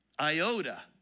iota